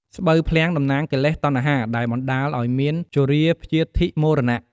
ស្បូវភ្លាំងតំណាងកិលេស តណ្ហា ដែលបណ្តាលឱ្យមានជរាព្យាធិមរណៈ។